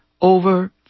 over